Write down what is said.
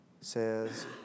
says